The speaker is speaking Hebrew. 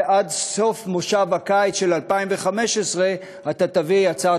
ועד סוף מושב הקיץ של 2015 אתה תביא הצעת